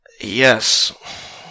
Yes